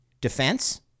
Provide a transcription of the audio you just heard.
defense